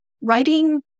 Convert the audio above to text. writing